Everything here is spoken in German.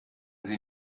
sie